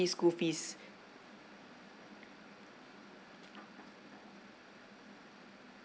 school fees